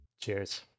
cheers